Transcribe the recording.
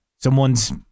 someone's